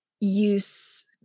use